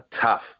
tough